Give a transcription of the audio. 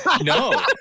No